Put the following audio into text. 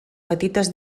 petites